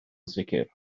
sicr